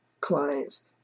clients